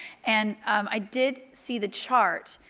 and i did see the chart.